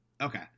Okay